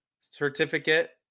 certificate